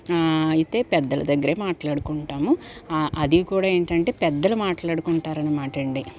అయితే పెద్దల దగ్గరే మాట్లాడుకుంటాము అదీ కూడా ఏంటంటే పెద్దలు మాట్లాడుకుంటారనమాట అండీ